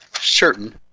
certain